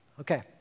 Okay